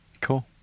Cool